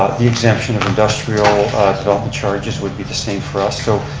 the exemption of industrial development charges would be the same for us. so,